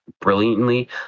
brilliantly